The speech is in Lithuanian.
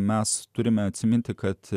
mes turime atsiminti kad